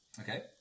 Okay